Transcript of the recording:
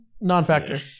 non-factor